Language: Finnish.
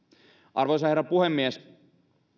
arvoisa herra puhemies